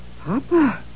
Papa